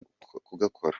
kugakora